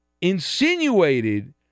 insinuated